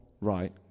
Right